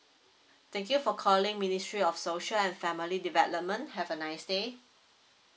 thank you for calling ministry of social and family development have a nice day